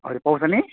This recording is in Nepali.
पाउँछ नि